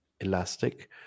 elastic